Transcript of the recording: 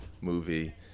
movie